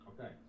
okay